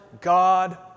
God